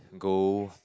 golf